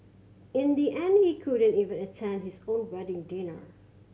in the end he couldn't even attend his own wedding dinner